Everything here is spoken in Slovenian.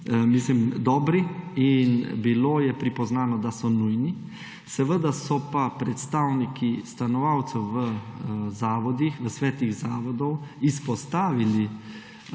plač dobri in bilo je pripoznano, da so nujni. Seveda so pa predstavniki stanovalcev v svetih zavodov izpostavili